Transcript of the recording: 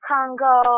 Congo